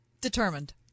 determined